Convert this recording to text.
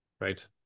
right